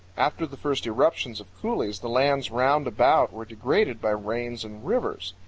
after the first eruptions of coulees the lands round about were degraded by rains and rivers.